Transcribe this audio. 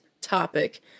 topic